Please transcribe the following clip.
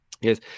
Yes